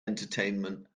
entertainment